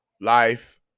Life